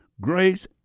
grace